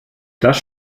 das